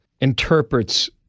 interprets